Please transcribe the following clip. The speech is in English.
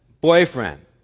boyfriend